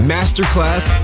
Masterclass